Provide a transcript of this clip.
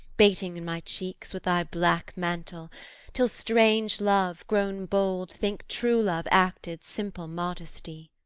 bating in my cheeks, with thy black mantle till strange love, grown bold, think true love acted simple modesty.